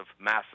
massive